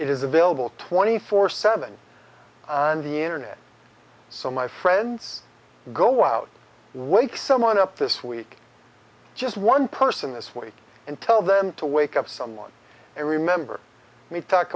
it is available twenty four seven on the internet so my friends go out wake someone up this week just one person this week and tell them to wake up someone and remember me t